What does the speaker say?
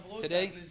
today